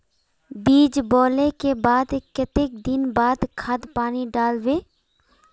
बीज बोले के बाद केते दिन बाद खाद पानी दाल वे?